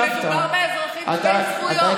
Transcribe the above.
אם זה מאחז לא חוקי, צריך לחבר אותו לקו חשמל?